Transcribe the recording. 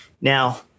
Now